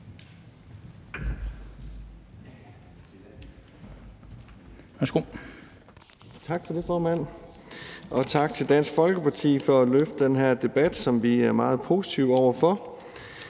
Tak for det, formand, og tak til Dansk Folkeparti for at løfte den her debat, som vi er meget positive over for.